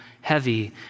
heavy